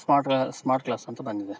smart class smart class ಅಂತ ಬಂದಿದೆ